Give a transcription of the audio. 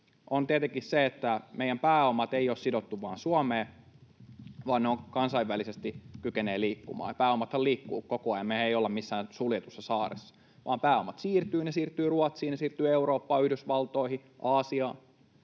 on tietenkin se, että meidän pääomamme eivät ole sidottu vain Suomeen, vaan ne kykenevät kansainvälisesti liikkumaan. Pääomathan liikkuvat koko ajan. Mehän ei olla missään suljetussa saaressa, vaan pääomat siirtyvät, ne siirtyvät Ruotsiin, ne siirtyvät Eurooppaan, Yhdysvaltoihin, Aasiaan.